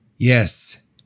Yes